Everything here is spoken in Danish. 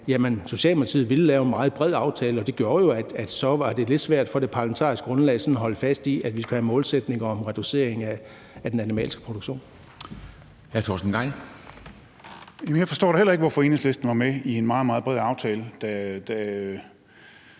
Socialdemokratiet lave en meget bred aftale, og det gjorde jo, at det var lidt svært for det parlamentariske grundlag at holde fast i, at vi skulle have en målsætning om reducering af den animalske produktion. Kl. 17:19 Formanden (Henrik Dam Kristensen): Hr. Torsten